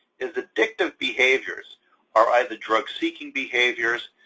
is addictive behaviors are either drug-seeking behaviors,